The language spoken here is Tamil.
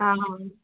ஆஹான்